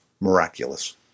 miraculous